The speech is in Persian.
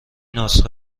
نسخه